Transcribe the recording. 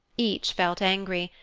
each felt angry,